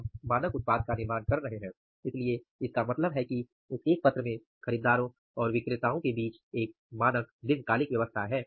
हम मानक उत्पाद का निर्माण कर रहे हैं इसलिए इसका मतलब है कि उस एक पत्र में खरीदारों और विक्रेताओं के बीच एक मानक दीर्घकालिक व्यवस्था है